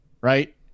Right